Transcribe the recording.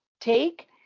take